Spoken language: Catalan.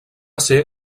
ser